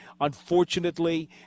Unfortunately